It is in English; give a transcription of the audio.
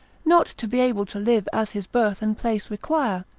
not to be able to live as his birth and place require.